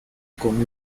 con